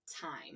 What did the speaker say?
time